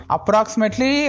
Approximately